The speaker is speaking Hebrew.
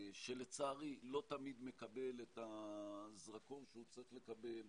שלצערי לא תמיד מקבל את הזרקור שהוא צריך לקבל,